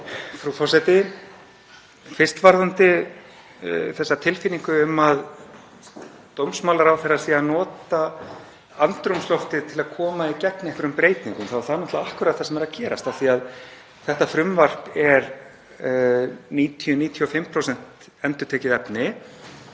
Frú forseti. Fyrst varðandi þessa tilfinningu um að dómsmálaráðherra sé að nota andrúmsloftið til að koma í gegn einhverjum breytingum, það er náttúrlega akkúrat það sem er að gerast. Þetta frumvarp er 90–95% endurtekið efni